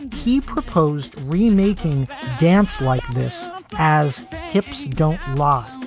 he proposed remaking dance like this as hips don't lie,